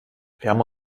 haben